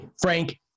frank